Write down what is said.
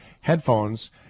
headphones